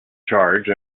charge